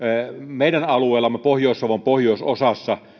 meidän alueellamme pohjois savon pohjoisosassa